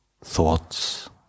thoughts